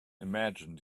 imagine